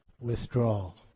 withdrawal